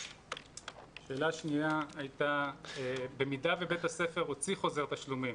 שאלה שניה: במידה ובית הספר הוציא חוזר תשלומים,